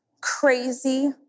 crazy